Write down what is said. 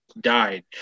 died